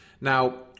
Now